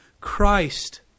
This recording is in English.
Christ